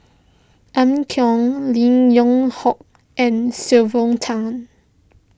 Amy Khor Lim Yew Hock and Sylvia Tan